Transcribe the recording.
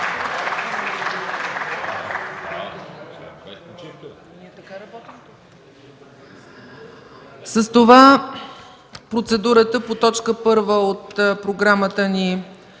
С това процедурата по т. 1 от програмата ни